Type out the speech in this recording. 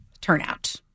turnout